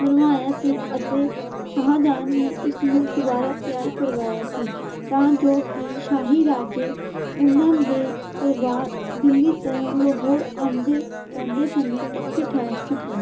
ਬਣਵਾਇਆ ਸੀ ਅਤੇ ਸ਼ਾਹਜਹਾਨ ਨੇ ਇਸ ਨੂੰ ਦੁਬਾਰਾ ਤਿਆਰ ਕਰਵਾਇਆ ਸੀ ਤਾਂ ਜੋ ਕਿ ਸ਼ਾਹੀ ਰਾਜੇ ਉਹਨਾਂ ਦੇ ਪਰਿਵਾਰ ਦਿੱਲੀ ਤੋਂ ਲਾਹੌਰ ਆਉਂਦੇ ਜਾਂਦੇ ਸਮੇਂ ਇੱਥੇ ਠਹਿਰ ਸਕਣ